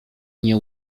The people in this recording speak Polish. nie